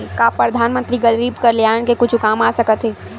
का परधानमंतरी गरीब कल्याण के कुछु काम आ सकत हे